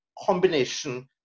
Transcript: combination